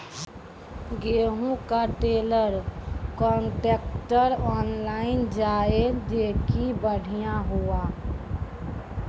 गेहूँ का trailer contractor online जाए जैकी बढ़िया हुआ